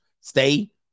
stay